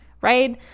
right